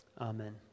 Amen